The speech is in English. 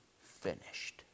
finished